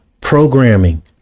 programming